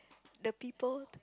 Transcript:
the people